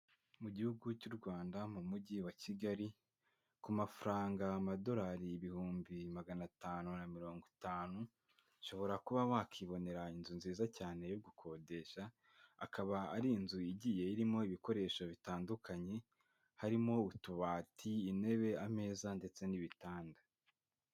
Mu gihugu cy'u Rwanda mu mujyi wa Kigali, ku mafaranga amadolari ibihumbi magana atanu na mirongo itanu, ushobora kuba wakibonera inzu nziza cyane yo gukodesha, akaba ari inzu igiye irimo ibikoresho bitandukanye, harimo utubati, intebe, ameza ndetse n'ibitanda.